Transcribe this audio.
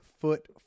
foot